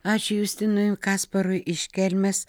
ačiū justinui kasparui iš kelmės